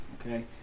Okay